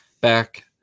back